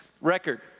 record